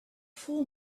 full